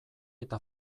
eta